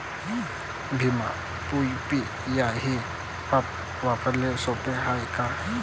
Bhim UPI हे app वापराले सोपे हाय का?